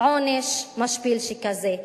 עונש משפיל שכזה?